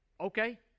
Okay